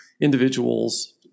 individuals